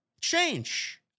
Change